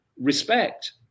respect